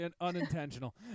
unintentional